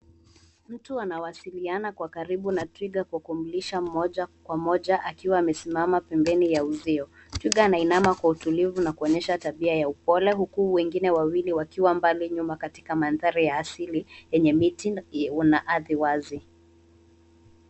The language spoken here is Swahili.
Mtu anawasiliana kwa karibu na twiga kwa kumlisha moja kwa moja akiwa amesimama pembeni ya uzeo. Twiga anainama kwa utulivu na kuonyesha tabia ya upole, huku wengine wawili wakiwa mbali nyua katika mandhari ya asili, yenye miti na ardhi wazi.